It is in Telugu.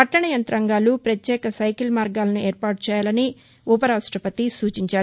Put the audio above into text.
పట్టణ యంతాంగాలు ప్రత్యేక సైకిల్ మార్గాలను ఏర్పాటు చేయాలని ఉపరాష్టపతి సూచించారు